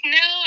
no